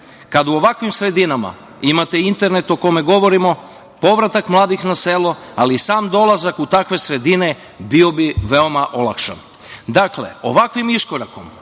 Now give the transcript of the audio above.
u ovakvim sredinama imate internet o kome govorimo, povratak mladih na selo, ali i sam dolazak u takve sredine bio bi veoma olakšan. Dakle, ovakvim iskorakom